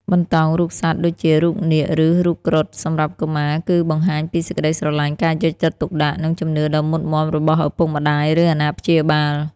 បន្តោងរូបសត្វដូចជារូបនាគ ឬរូបគ្រុឌសម្រាប់កុមារ គឺបង្ហាញពីសេចក្តីស្រឡាញ់ ការយកចិត្តទុកដាក់ និងជំនឿដ៏មុតមាំរបស់ឪពុកម្តាយ ឬអាណាព្យាបាល។